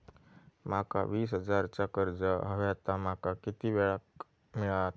माका वीस हजार चा कर्ज हव्या ता माका किती वेळा क मिळात?